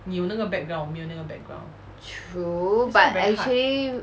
true but actually